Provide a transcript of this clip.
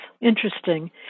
interesting